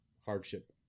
hardship